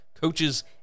coaches